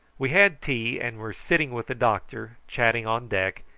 we had tea, and were sitting with the doctor chatting on deck,